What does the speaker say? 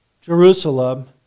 Jerusalem